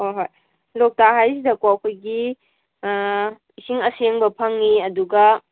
ꯍꯣꯏ ꯍꯣꯏ ꯂꯣꯛꯇꯥꯛ ꯍꯥꯏꯁꯤꯅꯀꯣ ꯑꯩꯈꯣꯏꯒꯤ ꯏꯁꯤꯡ ꯑꯁꯦꯡꯕ ꯐꯪꯉꯤ ꯑꯗꯨꯒ